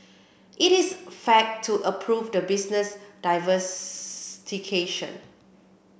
it is fact to approve the business divers